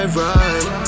ride